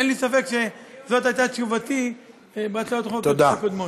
אין לי ספק שזאת הייתה תשובתי בהצעות החוק הקודמות.